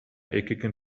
eckigen